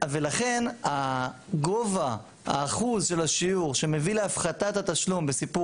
לכן גובה האחוז של השיעור שמביא להפחתת התשלום בסיפור